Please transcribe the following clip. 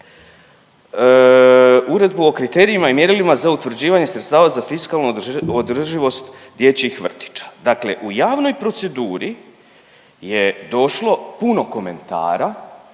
Uredbu o kriterijima i mjerilima za utvrđivanje sredstava za fiskalnu održivost dječjih vrtića. Dakle, u javnoj proceduri je došlo puno komentara